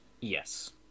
Yes